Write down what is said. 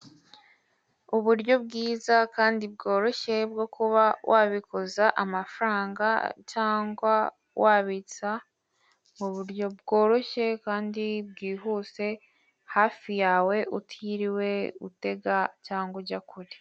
Uburyo bwiza kandi bworoshye bwo kuba wabikuza amafaranga cyangwa wabitsa mu buryo bworoshye kandi bwihuse hafi yawe utiriwe utega cyangwa ujya kure.